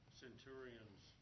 centurions